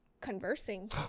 conversing